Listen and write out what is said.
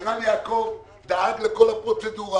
ערן יעקב דאג לכל הפרוצדורה,